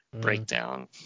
Breakdown